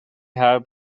help